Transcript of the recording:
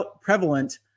prevalent